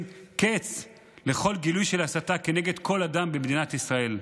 קץ לכל גילוי של הסתה כנגד כל אדם במדינת ישראל.